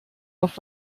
auf